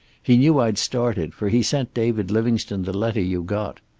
he knew i'd started, for he sent david livingstone the letter you got.